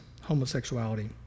homosexuality